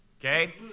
okay